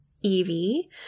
Evie